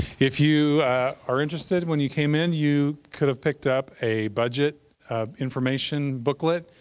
if you are interested, when you came in, you could have picked up a budget information booklet.